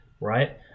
right